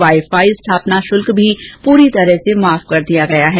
wifi स्थापना शुल्क भी पूरी तरह से माफ कर दिया गया है